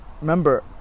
remember